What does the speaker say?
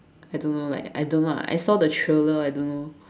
I don't know like I don't know I saw the trailer I don't know